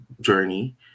journey